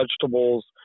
vegetables